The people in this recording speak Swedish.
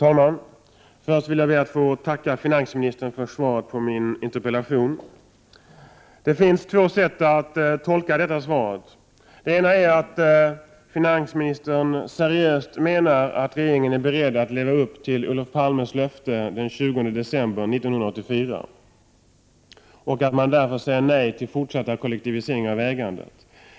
Herr talman! Jag vill först tacka finansministern för svaret på min interpellation. Det finns två sätt att tolka det svaret. Den ena tolkningen är att finansministern seriöst menar att regeringen är beredd att leva upp till Olof Palmes löfte från den 20 december 1984 och att man därför säger nej till en fortsatt kollektivisering av ägandet.